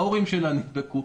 ההורים שלה נדבקו,